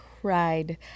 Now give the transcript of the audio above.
cried